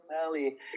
valley